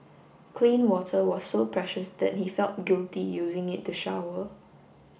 clean water was so precious that he felt guilty using it to shower